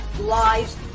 lives